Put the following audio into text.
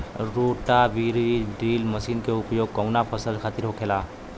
रोटा बिज drill machine के उपयोग कऊना फसल खातिर होखेला?